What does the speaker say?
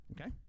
Okay